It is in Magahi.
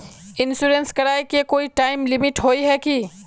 इंश्योरेंस कराए के कोई टाइम लिमिट होय है की?